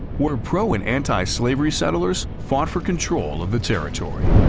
where pro and anti-slavery settlers fought for control of the territory.